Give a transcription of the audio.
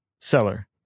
seller